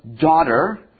daughter